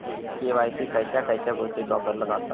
KYC खयच्या खयच्या गोष्टीत वापरला जाता?